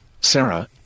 Sarah